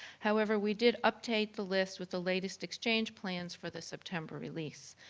however, we did update the list with the latest exchange plans for the september release.